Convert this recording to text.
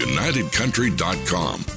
UnitedCountry.com